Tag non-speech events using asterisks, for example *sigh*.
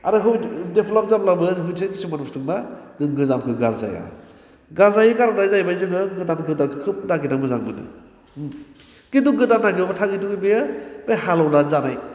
आरो *unintelligible* डेभेल्भ जाबाबो बेबो मोनसे खिसुमान बुसथुवा मा जों गाजोमखौ गारजाया गारजायैनि खारना जाहैबाय जोङो गोदान गोदान खोब नागिरनो मोजां मोनो खिनथु गोदान नागेरबा थाङै थुङै बेयो बे हालेवनानै जाबाय